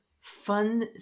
fun